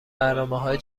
برنامههای